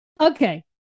okay